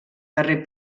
darrer